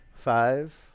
five